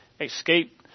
escape